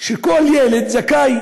שכל ילד זכאי